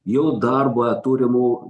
jų darbą turimų